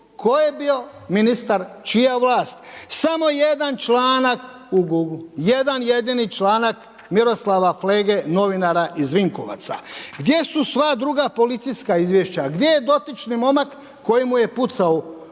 tko je bio ministar? Čija vlast? Samo jedan članak, jedan jedini članak Miroslava Flege novinara iz Vinkovaca. Gdje su sva druga policijska izvješća? Gdje je dotični momak koji mu je pucao